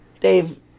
Dave